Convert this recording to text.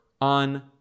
on